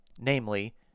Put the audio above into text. namely